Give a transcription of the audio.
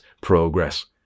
progress